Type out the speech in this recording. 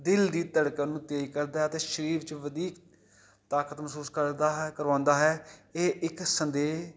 ਦਿਲ ਦੀ ਧੜਕਣ ਨੂੰ ਤੇਜ ਕਰਦਾ ਅਤੇ ਸ਼ਰੀਰ 'ਚ ਬੜੀ ਤਾਕਤ ਮਹਿਸੂਸ ਕਰਦਾ ਹੈ ਕਰਵਾਉਂਦਾ ਹੈ ਇਹ ਇੱਕ ਸੰਦੇਹ